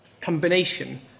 combination